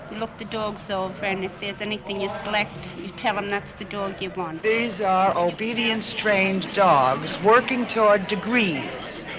look at the dogs so and if there's anything you select, you tell him that the dog you want. these are obedience trained dogs working toward degrees,